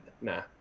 nah